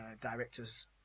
director's